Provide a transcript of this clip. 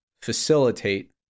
facilitate